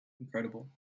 incredible